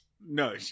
No